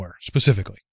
specifically